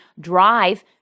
drive